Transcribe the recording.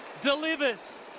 delivers